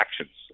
actions